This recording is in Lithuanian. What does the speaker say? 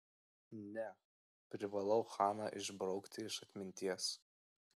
ne privalau haną išbraukti iš atminties